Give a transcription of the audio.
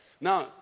Now